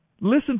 Listen